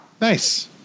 Nice